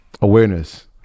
awareness